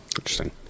interesting